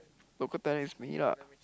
local talent is me lah